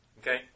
Okay